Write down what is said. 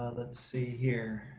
let's see here.